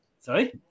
sorry